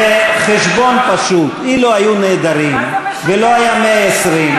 בחשבון פשוט, אילו היו נעדרים ולא היו 120,